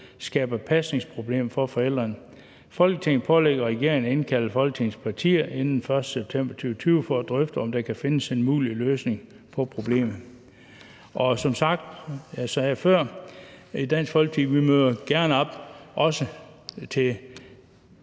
skaber pasningsproblemer for forældrene. Folketinget pålægger regeringen at indkalde Folketingets partier inden den 1. september 2020 for at drøfte, om der kan findes en mulig løsning på problemet.« (Forslag til vedtagelse nr. V 100). Som jeg sagde før, møder vi